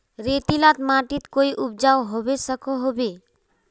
रेतीला माटित कोई उपजाऊ होबे सकोहो होबे?